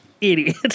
Idiot